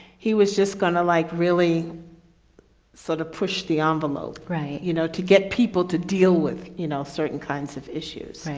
he was just gonna, like really sort of push the ah envelope, you know, to get people to deal with, you know, certain kinds of issues.